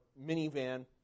minivan